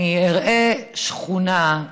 אני אראה שכונה,